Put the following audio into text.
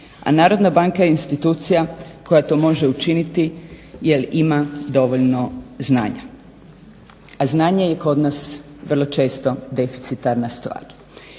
a Narodna banka je institucija koja to može učiniti jer ima dovoljno znanja. A znanje je kod nas vrlo često deficitarna stvar.